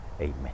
Amen